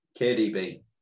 KDB